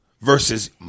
versus